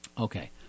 Okay